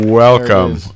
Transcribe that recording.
Welcome